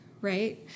Right